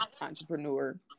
entrepreneur